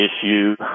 issue